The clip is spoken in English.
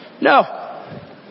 No